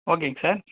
ஓகேங்க சார்